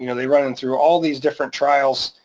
you know they run them through all these different trials,